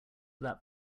that